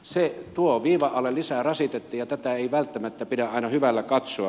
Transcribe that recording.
se tuo viivan alle lisää rasitetta ja tätä ei välttämättä pidä aina hyvällä katsoa